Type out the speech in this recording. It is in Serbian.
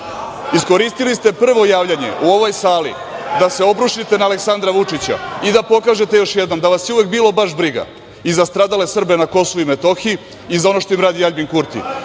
Iskoristili ste prvo javljanje u ovoj sali da se obrušite na Aleksandra Vučića i da pokažete još jednom da vas je uvek bilo baš briga i za stradale Srbe na Kosovu i Metohiji i za ono što im radi Aljbin Kurti.